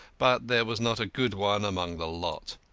but there was not a good one among the lot.